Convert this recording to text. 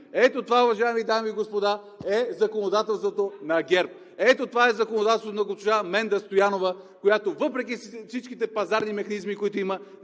Ето това, уважаеми дами и господа, е законодателството на ГЕРБ. Ето това е законодателството на госпожа Менда Стоянова, която въпреки всичките пазарни механизми, които има,